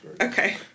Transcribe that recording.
Okay